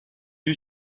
vue